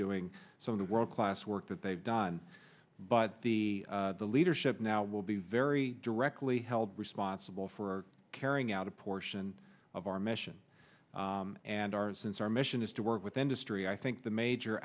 doing so in the world class work that they've done but the leadership now will be very directly held responsible for carrying out a portion of our mission and ours since our mission is to work with industry i think the major